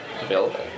available